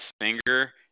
finger